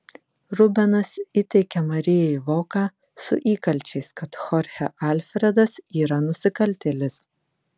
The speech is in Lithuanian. rubenas įteikia marijai voką su įkalčiais kad chorchė alfredas yra nusikaltėlis